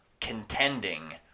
contending